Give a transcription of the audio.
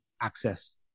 access